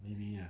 maybe ah